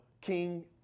King